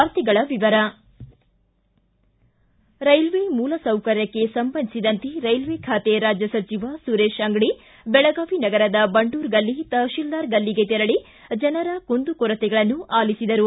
ವಾರ್ತೆಗಳ ವಿವರ ರೈಲ್ವೇ ಮೂಲಸೌಕರ್ಯಕ್ಕೆ ಸಂಬಂಧಿಸಿದಂತೆ ರೈಲ್ವೇ ಖಾತೆ ರಾಜ್ಯ ಸಚಿವ ಸುರೇಶ ಅಂಗಡಿ ಬೆಳಗಾವಿ ನಗರದ ಬಂಡೂರ ಗಲ್ಲಿ ತಹಶೀಲ್ದಾರ್ ಗಲ್ಲಿಗೆ ತೆರಳಿ ಜನರ ಕುಂದು ಕೊರತೆಗಳನ್ನು ಆಲಿಸಿದರು